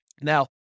Now